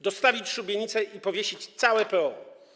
Dostawić szubienice i powiesić całe PO.